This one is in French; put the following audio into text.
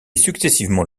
successivement